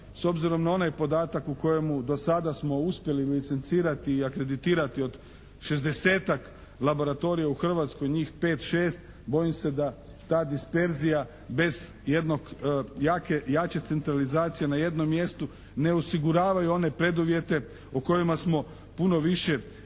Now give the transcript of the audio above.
s obzirom na onaj podatak u kojemu do sada smo uspjeli licencirati i akreditirati od šezdesetak laboratorija u Hrvatskoj njih pet, šest bojim se da ta disperzija bez jedne jače centralizacije na jednom mjestu ne osiguravaju one preduvjete o kojima smo puno više govorili